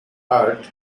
art